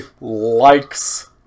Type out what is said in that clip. likes